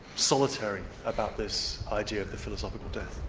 solitary, about this idea of the philosophical death.